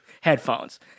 headphones